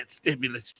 stimulus